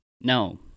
no